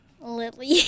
Lily